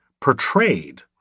portrayed